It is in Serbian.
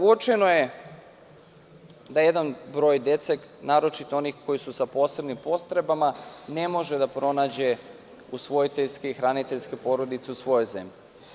Uočeno je da jedan broj dece, naročito onih koji su sa posebnim potrebama, ne može da pronađe usvojiteljske i hraniteljske porodice u svojoj ženi.